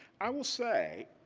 i will say